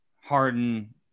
Harden